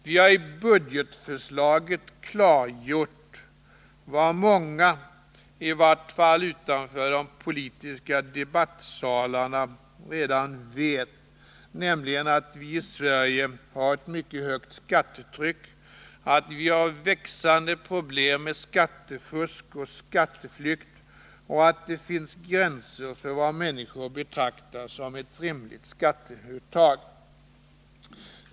Vi har i budgetförslaget klargjort vad många — i vart fall utanför de politiska debattsalarna — redan vet, nämligen att vi i Sverige har ett mycket högt skattetryck, att vi har växande problem med skattefusk och skatteflykt och att det finns gränser för vad människor betraktar som ett rimligt skatteuttag.